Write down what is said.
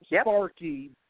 Sparky